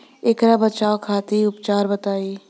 ऐकर बचाव खातिर उपचार बताई?